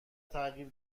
تغییر